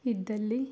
ಇದ್ದಲ್ಲಿ